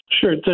Sure